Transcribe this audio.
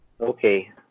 Okay